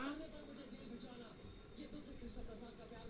तू एक लिमिट तक के पइसा हर दिन भेज सकला